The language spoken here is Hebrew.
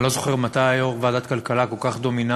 אני לא זוכר מתי היה יו"ר ועדת כלכלה כל כך דומיננטי,